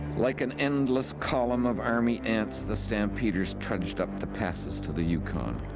like an endless column of army ants, the stampeders trudged up the passes to the yukon.